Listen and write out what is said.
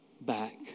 back